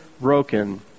broken